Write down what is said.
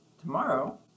tomorrow